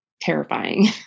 terrifying